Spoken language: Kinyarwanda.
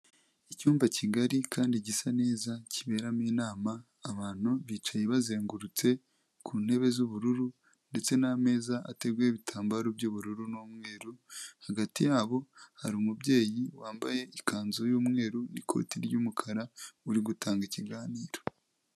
Icyumba kigari kandi gisa neza kiberamo inama abantu bicaye bazengurutse ku ntebe z'ubururu ndetse n'meza ateguye ibitambaro by'ubururu n'umweru hagati yabo hari umubyeyi wambaye ikanzu yumweru n'ikoti ry'umukara uri gutanga ikiganiro.